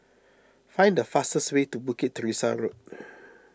find the fastest way to Bukit Teresa Road